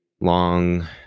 long